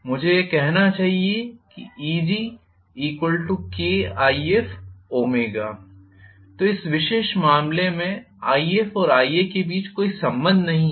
मुझे यह कहना चाहिए कि EgKIf तो इस विशेष मामले में If और Ia के बीच कोई संबंध नहीं है